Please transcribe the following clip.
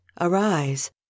arise